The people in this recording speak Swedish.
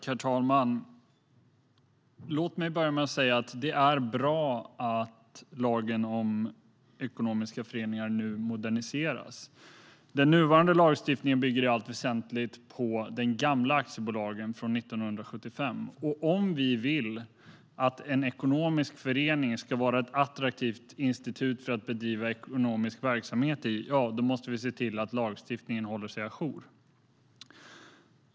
Herr talman! Låt mig börja med att säga att det är bra att lagen om ekonomiska föreningar nu moderniseras. Den nuvarande lagstiftningen bygger i allt väsentligt på den gamla aktiebolagslagen från 1975. Om vi vill att en ekonomisk förening ska vara ett attraktivt institut för att bedriva ekonomisk verksamhet måste vi se till att lagstiftningen håller sig ajour.